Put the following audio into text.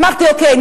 אמרתי: אוקיי,